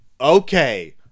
Okay